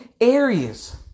areas